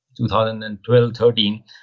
2012-13